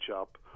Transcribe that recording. up